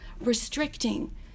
restricting